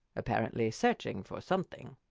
apparently searching for something.